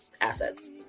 assets